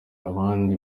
abandi